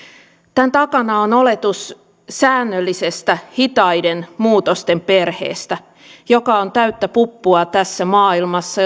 tämän takana on oletus säännöllisestä hitaiden muutosten perheestä joka on täyttä puppua tässä maailmassa